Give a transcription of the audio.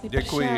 Děkuji.